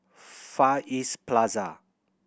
Far East Plaza